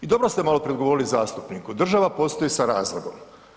I dobro ste maloprije odgovorili zastupniku, država postoji sa razlogom.